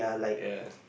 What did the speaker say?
ya